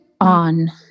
on